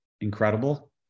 incredible